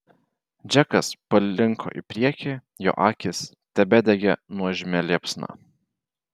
džekas palinko į priekį jo akys tebedegė nuožmia liepsna